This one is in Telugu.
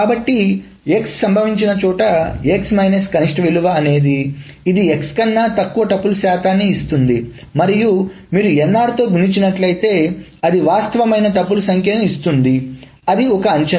కాబట్టి x సంభవించిన చోట x మైనస్ కనిష్ట విలువ అనేది ఇది x కన్నా తక్కువ టుపుల్స్ శాతాన్ని ఇస్తుంది మరియు మీరు nr తో గుణించినట్లయితే అది వాస్తవమైన టుపుల్స్ సంఖ్యను ఇస్తుంది అది ఒక అంచనా